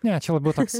ne čia labiau toks